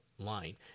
line